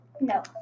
No